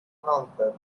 honker